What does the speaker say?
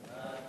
סעיף